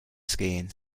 skiing